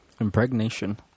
Impregnation